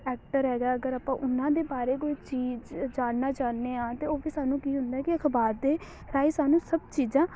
actor ਹੈਗਾ ਅਗਰ ਆਪਾਂ ਉਹਨਾਂ ਦੇ ਬਾਰੇ ਕੋਈ ਚੀਜ਼ ਜਾਣਨਾ ਚਾਹੁੰਦੇ ਹਾਂ ਅਤੇ ਉਹ ਫਿਰ ਸਾਨੂੰ ਕੀ ਹੁੰਦਾ ਕਿ ਅਖ਼ਬਾਰ ਦੇ ਰਾਹੀਂ ਸਾਨੂੰ ਸਭ ਚੀਜ਼ਾਂ